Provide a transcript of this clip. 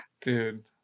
dude